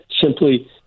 simply